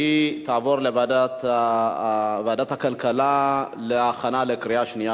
לוועדת הכלכלה נתקבלה.